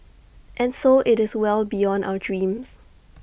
and so IT is well beyond our dreams